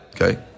okay